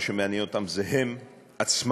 מה שמעניין אותם זה הם עצמם,